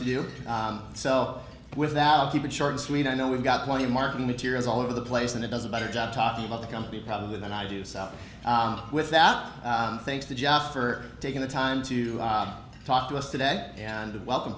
to do so without keep it short and sweet i know we've got plenty of marketing materials all over the place and it does a better job talking about the company probably than i do so without thanks to jeff for taking the time to talk to us today and welcome